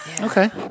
Okay